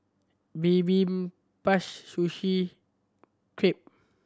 Sushi Crepe